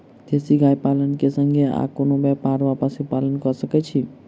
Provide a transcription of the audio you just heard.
देसी गाय पालन केँ संगे आ कोनों व्यापार वा पशुपालन कऽ सकैत छी?